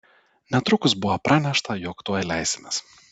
netrukus buvo pranešta jog tuoj leisimės